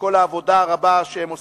וכל העבודה הרבה שהם עושים,